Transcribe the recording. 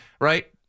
right